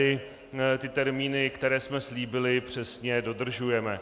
Tedy ty termíny, které jsme slíbili, přesně dodržujeme.